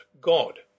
God